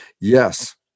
yes